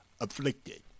afflicted